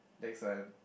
next one